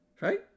Right